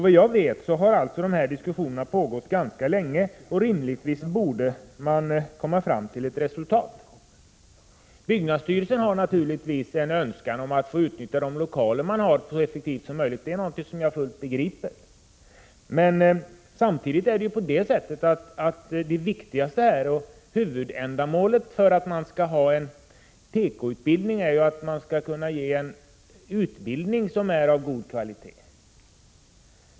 Vad jag vet har diskussionerna pågått ganska länge, och rimligtvis borde man komma fram till ett resultat. Byggnadsstyrelsen har naturligtvis en önskan om att få utnyttja sina lokaler så effektivt som möjligt. Det är något som jag begriper helt. Men huvudändamålet med en tekoutbildning är ju att man skall kunna ge en utbildning som är av god kvalitet.